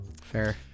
fair